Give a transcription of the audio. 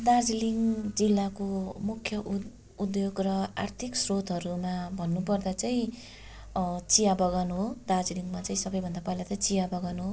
दार्जिलिङ जिल्लाको मुख्य उद् उद्योग र आर्थिक स्रोतहरूमा भन्नुपर्दा चाहिँ चिया बगान हो दार्जिलिङमा चाहिँ सबैभन्दा पहिला चाहिँ चिया बगान हो